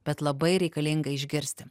bet labai reikalinga išgirsti